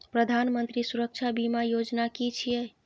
प्रधानमंत्री सुरक्षा बीमा योजना कि छिए?